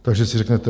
Takže si řeknete.